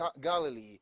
Galilee